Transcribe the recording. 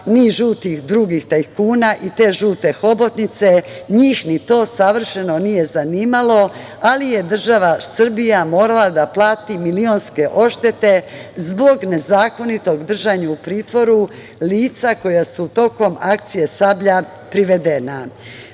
ni žutih drugih tajkuna i te žute hobotnice, njih ni to savršeno nije zanimalo, ali je država Srbija morala da plati milionske odštete zbog nezakonitog držanja u pritvoru lica koja su tokom akcije „Sablja“ privedena. Naravno,